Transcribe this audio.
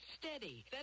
steady